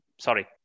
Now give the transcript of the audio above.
Sorry